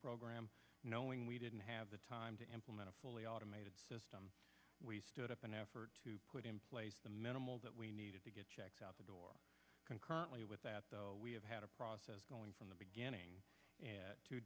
program knowing we didn't have the time to implement a fully automated system we stood up an effort to put in place the minimal that we needed to get checked out the door concurrently with that we have had a process going from the beginning